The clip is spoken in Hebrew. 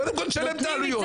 קודם כול תשלם את העלויות.